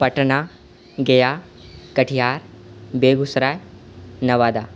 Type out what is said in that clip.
Patna Gaya Katihar Begusarai Nawada